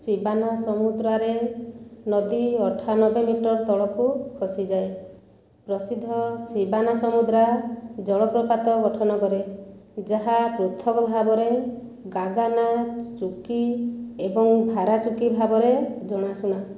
ଶିବାନାସାମୁଦ୍ରାରେ ନଦୀ ଅଠାନବେ ମିଟର ତଳକୁ ଖସିଯାଏ ପ୍ରସିଦ୍ଧ ଶିବାନାସମୁଦ୍ରା ଜଳପ୍ରପାତ ଗଠନ କରେ ଯାହା ପୃଥକ ଭାବରେ ଗାଗାନା ଚୁକ୍କି ଏବଂ ଭାରା ଚୁକ୍କି ଭାବରେ ଜଣାଶୁଣା